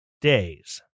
days